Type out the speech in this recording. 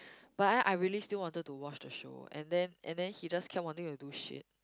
but I I really still wanted to watch the show and then and then he just kept wanting to do shit